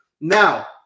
Now